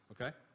okay